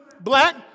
black